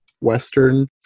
Western